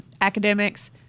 academics